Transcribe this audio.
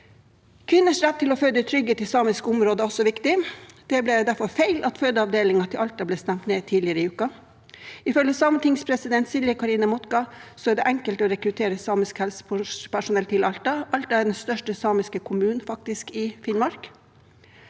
Kvinners rett til å føde i trygghet i samiske områder er også viktig. Det ble derfor feil at fødeavdelingen i Alta ble stemt ned tidligere i uken. Ifølge sametingspresident Silje Karine Muotka er det enkelt å rekruttere samisk helsepersonell til Alta. Alta er faktisk den største samiske kommunen i Finnmark,